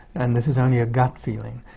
and this is only a gut feeling,